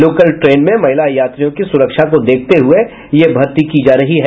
local train में महिला यात्रियों की सुरक्षा को देखते हुए यह भर्ती की जा रही है